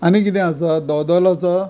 आनी कितें आसा दोदल आसा